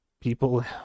people